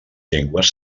llengües